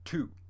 Two